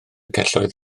celloedd